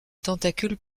tentacules